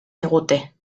digute